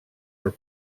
are